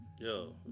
yo